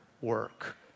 work